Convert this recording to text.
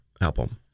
album